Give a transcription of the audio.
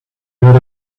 heard